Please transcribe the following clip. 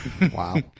Wow